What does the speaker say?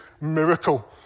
miracle